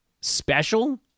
special